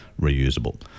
reusable